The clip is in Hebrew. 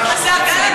הוא היום שר לכל דבר.